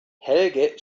helge